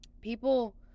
people